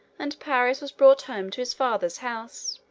and paris was brought home to his father's house.